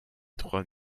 trois